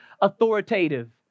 authoritative